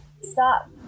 stop